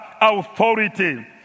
authority